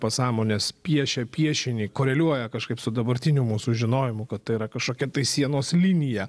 pasąmonės piešia piešinį koreliuoja kažkaip su dabartiniu mūsų žinojimu kad tai yra kažkokia tai sienos linija